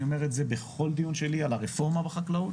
אני אומר את זה בכל דיון שלי, על הרפורמה בחקלאות,